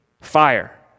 fire